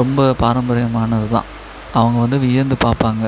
ரொம்ப பாரம்பரியமானது தான் அவங்க வந்து வியந்து பார்ப்பாங்க